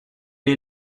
est